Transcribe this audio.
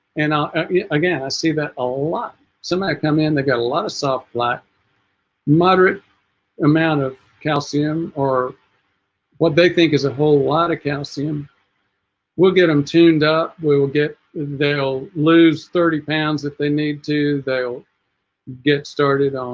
and yeah again i see that a lot somebody come in they've got a lot of soft plaque moderate amount of calcium or what they think is a whole lot of calcium will get them tuned up we will get they'll lose thirty pounds if they need to they'll get started um